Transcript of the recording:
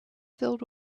filled